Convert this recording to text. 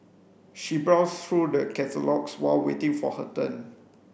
she browsed through the catalogues while waiting for her turn